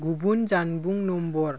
गुबुन जानबुं नम्बर